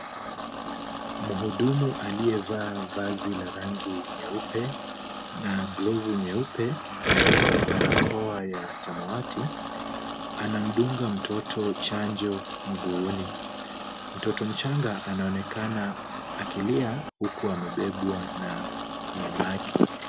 Mhudumu aliyevaa vazi la rangi nyeupe na glovu nyeupe na barakoa ya samawati, anamdunga mtoto chanjo mguuni. Mtoto mchanga anaonekana akilia huku amebebwa na mamake.